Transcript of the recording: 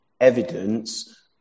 evidence